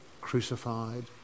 crucified